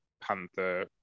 Panther